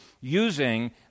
using